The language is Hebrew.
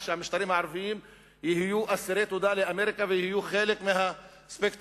שהמשטרים הערביים יהיו אסירי תודה לאמריקה ויהיו חלק מהספקטרום